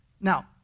Now